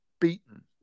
beaten